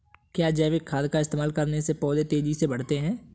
क्या जैविक खाद का इस्तेमाल करने से पौधे तेजी से बढ़ते हैं?